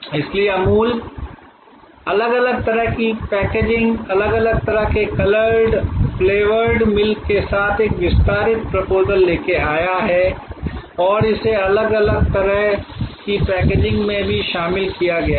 इसलिए अमूल इसीलिए अलग अलग तरह की पैकेजिंग अलग अलग तरह के कलर्ड फ्लेवर्ड मिल्क के साथ एक विस्तारित प्रपोजल लेकर आया है और इसे अलग अलग तरह की पैकेजिंग में भी शामिल किया गया है